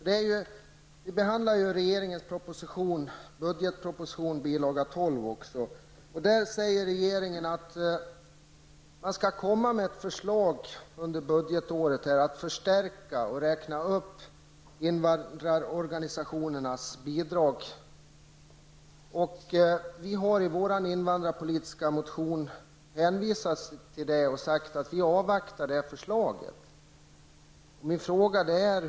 Vi behandlar även bilaga 12 till regeringens budgetproposition, där regeringen säger att man skall komma med ett förslag under budgetåret om att förstärka och räkna upp invandrarorganisationernas bidrag. I vår invandrarpolitiska motion har vi hänvisat till detta och sagt att vi avvaktar förslaget.